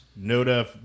Noda